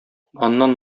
аннан